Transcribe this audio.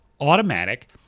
automatic